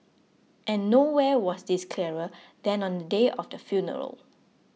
and nowhere was this clearer than on the day of the funeral